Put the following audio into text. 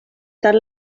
tant